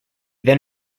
then